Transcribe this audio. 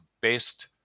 best